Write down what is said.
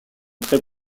très